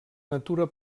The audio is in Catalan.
natura